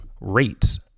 rates